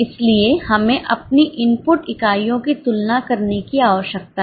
इसलिए हमें अपनी इनपुट इकाइयों की तुलना करने की आवश्यकता है